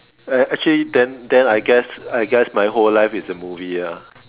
ac~ actually then then I guess my whole life is a movie ah